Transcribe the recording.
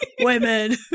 Women